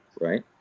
right